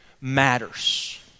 matters